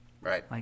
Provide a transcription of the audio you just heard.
Right